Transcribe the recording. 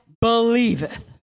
believeth